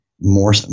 more